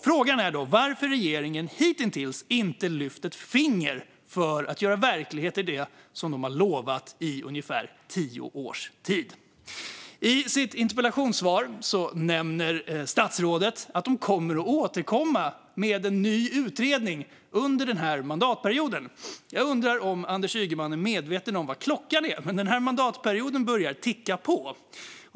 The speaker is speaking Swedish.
Frågan är då varför regeringen hittills inte har lyft ett finger för att göra verklighet av det som de har lovat i ungefär tio års tid. I sitt interpellationssvar nämner statsrådet att de kommer att återkomma med en ny utredning under den här mandatperioden. Jag undrar om Anders Ygeman är medveten om vad klockan är, för den här mandatperioden börjar ticka på.